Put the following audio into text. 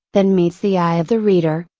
than meets the eye of the reader,